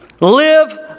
live